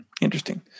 Interesting